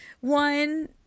one